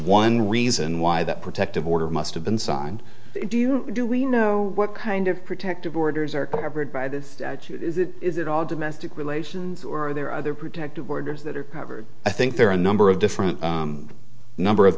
one reason why that protective order must have been signed do you do we know what kind of protective orders are covered by this is it all domestic relations or are there other protective orders that are covered i think there are a number of different number of